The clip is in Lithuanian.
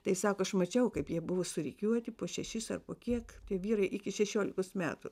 tai sako aš mačiau kaip jie buvo surikiuoti po šešis ar po kiek tai vyrai iki šešiolikos metų